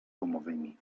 gumowymi